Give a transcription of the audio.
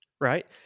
Right